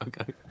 Okay